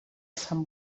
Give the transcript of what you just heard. sant